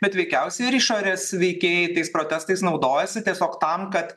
bet veikiausiai ir išorės veikėjai tais protestais naudojasi tiesiog tam kad